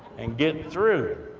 and get through,